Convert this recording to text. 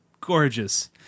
gorgeous